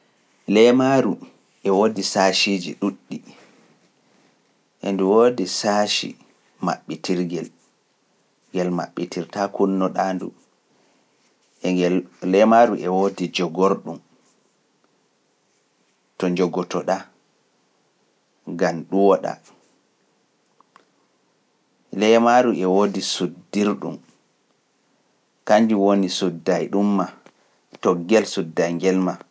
Leemaaru e woodi saasiiji ɗuuɗɗi, ndu woodi saasi maɓɓitirgel, ngel maɓɓitirtaa kununo ɗaa ndu, e ngel leemaaru e woodi jogorɗum, to njogotoda e ɗum maa, toggel sudda e njel maa.